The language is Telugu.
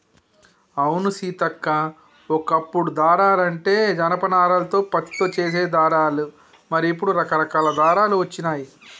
అవును సీతక్క ఓ కప్పుడు దారాలంటే జనప నారాలతో పత్తితో చేసే దారాలు మరి ఇప్పుడు రకరకాల దారాలు వచ్చినాయి